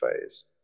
phase